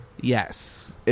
Yes